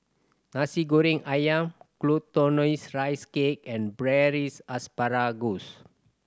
Nasi Goreng Ayam Glutinous Rice Cake and Braised Asparagus